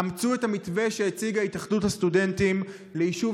אמצו את המתווה שהציגה התאחדות הסטודנטים ליישוב